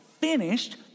finished